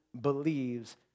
believes